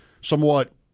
somewhat